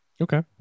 Okay